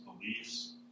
beliefs